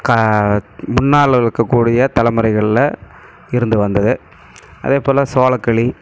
க முன்னால் இருக்கறக்கூடிய தலைமுறைகளில் இருந்து வந்தது அதேபோல் சோளக்களி